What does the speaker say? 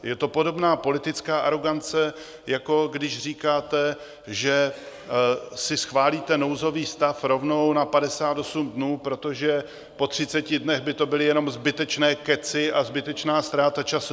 Je to podobná politická arogance, jako když říkáte, že si schválíte nouzový stav rovnou na 58 dnů, protože po 30 dnech by to byly jenom zbytečné kecy a zbytečná ztráta času.